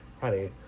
honey